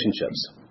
relationships